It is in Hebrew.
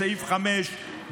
בסעיף 5,